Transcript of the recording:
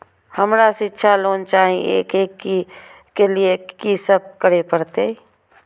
हमरा शिक्षा लोन चाही ऐ के लिए की सब करे परतै?